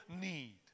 need